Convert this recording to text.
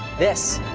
this.